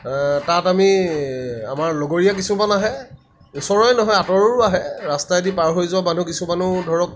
তাত আমি আমাৰ লগৰীয়া কিছুমান আহে ওচৰৰে নহয় আঁতৰৰো আহে ৰাস্তায়েদি পাৰ হৈ যোৱা মানুহ কিছুমানো ধৰক